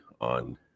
on